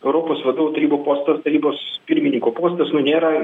europos vadovų tarybų postas tarybos pirmininko postas nėra